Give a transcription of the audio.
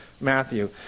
Matthew